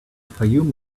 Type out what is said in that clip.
fayoum